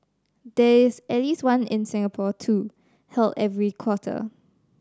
there is at least one in Singapore too held every quarter